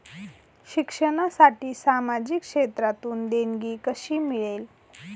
शिक्षणासाठी सामाजिक क्षेत्रातून देणगी कशी मिळेल?